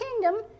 kingdom